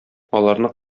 аларны